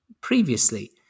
previously